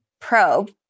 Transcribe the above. probe